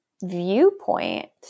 viewpoint